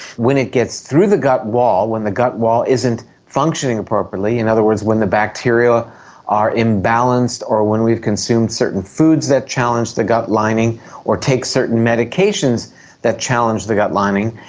when it gets through the gut wall, when the gut wall isn't functioning appropriately, in other words when the bacteria are imbalanced or when we've consumed certain foods that challenge the gut lining or take certain medications that challenge the gut lining,